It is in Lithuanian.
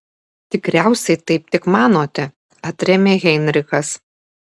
tikriausiai taip tik manote atrėmė heinrichas